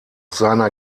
seiner